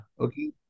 Okay